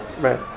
Right